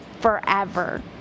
forever